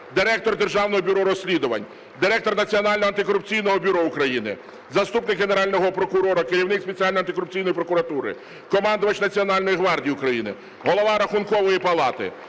Директор Державного бюро розслідувань, Директор Національного антикорупційного бюро України, заступник Генерального прокурора, керівник Спеціалізованої антикорупційної прокуратури, командувач Національної гвардії України, Голова Рахункової палати,